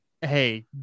hey